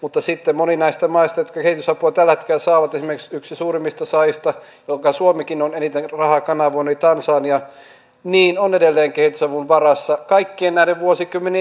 mutta sitten moni näistä maista jotka kehitysapua tällä hetkellä saavat esimerkiksi yksi suurimmista saajista johonka suomikin on eniten rahaa kanavoinut eli tansania on edelleen kehitysavun varassa kaikkien näiden vuosikymmenien jälkeenkin